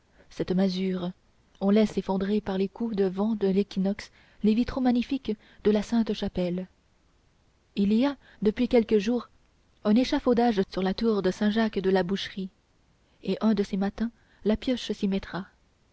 cette masure on laisse effondrer par les coups de vent de l'équinoxe les vitraux magnifiques de la sainte-chapelle il y a depuis quelques jours un échafaudage sur la tour de saint jacques de la boucherie et un de ces matins la pioche s'y mettra